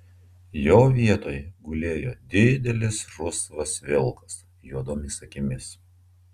jo vietoj gulėjo didelis rusvas vilkas juodomis akimis